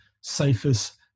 safest